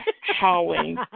howling